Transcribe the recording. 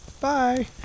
bye